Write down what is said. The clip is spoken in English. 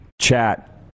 chat